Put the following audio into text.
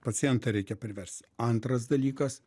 pacientą reikia priversti antras dalykas